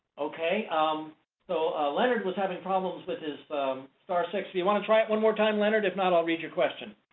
um so ah leonard was having problems with his star six. you want to try it one more time, leonard? if not, i'll read your question.